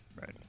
Right